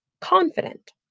confident